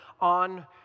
on